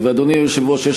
אדוני היושב-ראש,